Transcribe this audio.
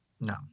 No